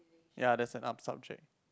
ya that's an art subject